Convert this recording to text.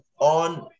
on